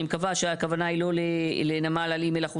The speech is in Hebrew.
אני מקווה שהכוונה היא לא לנמל על אי מלאכותי,